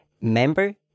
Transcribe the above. member